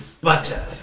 butter